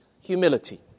Humility